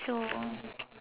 so